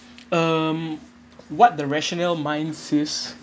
um what the rationale mind says